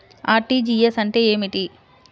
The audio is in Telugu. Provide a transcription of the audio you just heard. అర్.టీ.జీ.ఎస్ అంటే ఏమిటి?